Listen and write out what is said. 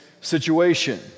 situation